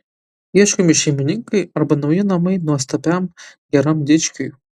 ieškomi šeimininkai arba nauji namai nuostabiam geram dičkiui